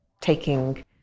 taking